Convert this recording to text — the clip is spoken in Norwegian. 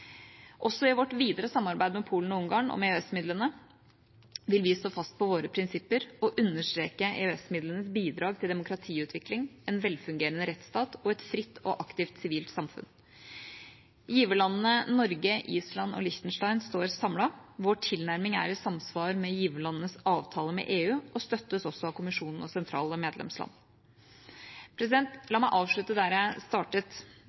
Også i vårt videre samarbeid med Polen og Ungarn om EØS-midlene vil vi stå fast på våre prinsipper og understreke EØS-midlenes bidrag til demokratiutvikling, en velfungerende rettsstat og et fritt og aktivt sivilt samfunn. Giverlandene Norge, Island og Liechtenstein står samlet. Vår tilnærming er i samsvar med giverlandenes avtale med EU og støttes også av Kommisjonen og sentrale medlemsland. La meg avslutte der jeg startet: